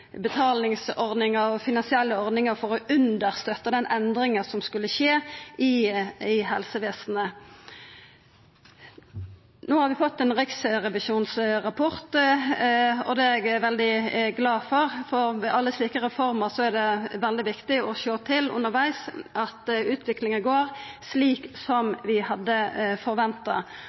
og finansielle ordningar for å understøtta den endringa som skulle skje i helsevesenet. No har vi fått ein riksrevisjonsrapport, og det er eg veldig glad for, for med alle slike reformer er det veldig viktig å sjå til undervegs at utviklinga går slik som vi hadde forventa.